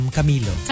Camilo